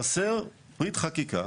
חסר פריט חקיקה,